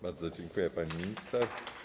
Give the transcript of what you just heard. Bardzo dziękuję, pani minister.